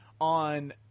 on